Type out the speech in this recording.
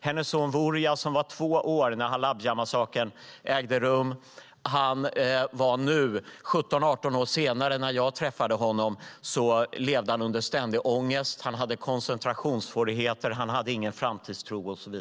Hennes son Woria som var två år när Halabjamassakern ägde rum levde nu, 17-18 år senare, under ständig ångest. Han hade koncentrationssvårigheter, och han hade ingen framtidstro.